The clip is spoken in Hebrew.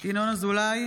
ינון אזולאי,